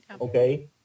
okay